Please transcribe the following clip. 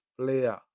player